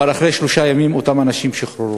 אבל אחרי שלושה ימים אותם אנשים שוחררו.